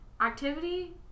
Activity